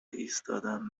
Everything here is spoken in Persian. ایستادن